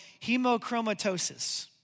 hemochromatosis